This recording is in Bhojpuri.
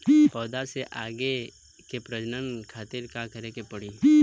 पौधा से आगे के प्रजनन खातिर का करे के पड़ी?